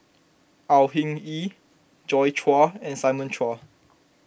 Au Hing Yee Joi Chua and Simon Chua